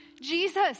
Jesus